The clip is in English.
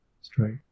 Straight